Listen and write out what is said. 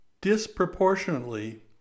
disproportionately